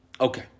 Okay